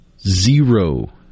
zero